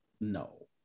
no